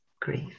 grief